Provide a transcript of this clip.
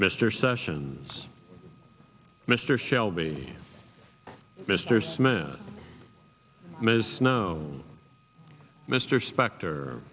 mr sessions mr shelby mr smith ms snow mr spect